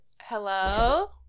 Hello